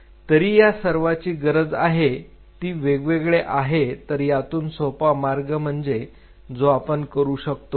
तरी या सर्वांची गरज आहे ती वेगवेगळे आहे तर यातून सोपा मार्ग म्हणजे जो आपण करू शकतो